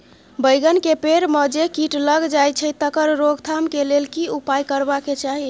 बैंगन के पेड़ म जे कीट लग जाय छै तकर रोक थाम के लेल की उपाय करबा के चाही?